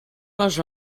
les